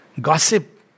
gossip